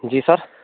जी sir